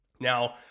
Now